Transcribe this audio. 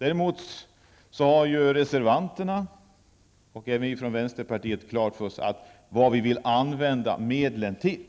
Inte minst har reservanterna och även vi från vänsterpartiet fått klart för oss vad vi vill använda medlen till.